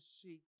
seek